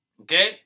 Okay